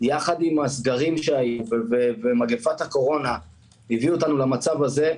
והסגרים ומגפת הקורונה הביאו אותנו למצב הזה.